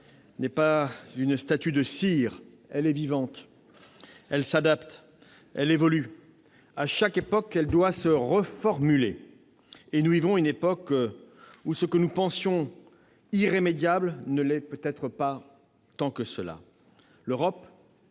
République n'est pas une statue de cire. Elle est vivante ; elle s'adapte ; elle évolue. À chaque époque, elle doit se reformuler. Nous vivons une époque où ce que nous pensions inébranlable ne l'est peut-être pas tant que cela